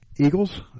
Eagles